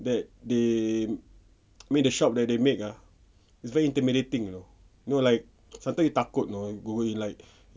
that they make the shop that they make ah is very intimidating you know you know like sometimes you takut you know you'll be like